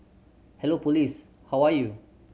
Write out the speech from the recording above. hello police how are you